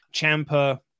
champa